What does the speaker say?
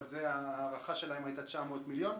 אבל ההערכה שלהם הייתה 900 מיליון.